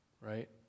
right